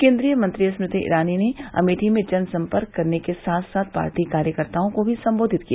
केन्द्रीय मंत्री स्मृति ईरानी ने अमेठी में जनसम्पर्क करने के साथ साथ पार्टी कार्यकर्ताओं को भी संबोधित किया